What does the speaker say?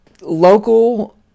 Local